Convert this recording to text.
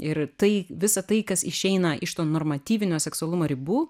ir tai visa tai kas išeina iš to normatyvinio seksualumo ribų